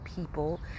people